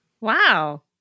Wow